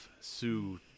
Sue